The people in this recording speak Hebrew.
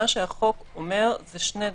אלא הוא אומר שני דברים: